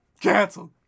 Canceled